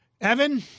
Evan